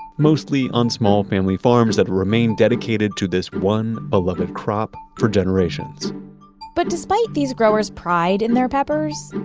mostly on small family farms that remained dedicated to this one beloved crop for generations but despite these growers' pride in their peppers,